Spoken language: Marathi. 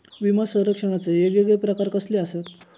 विमा सौरक्षणाचे येगयेगळे प्रकार कसले आसत?